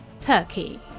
Turkey